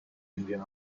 indian